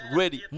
ready